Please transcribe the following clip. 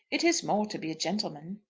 it is more to be a gentleman.